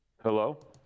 Hello